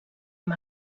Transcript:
amb